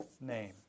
name